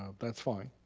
um that's fine.